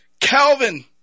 Calvin